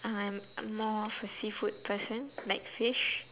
I'm more of a seafood person like fish